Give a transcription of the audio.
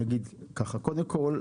קודם כל,